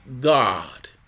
God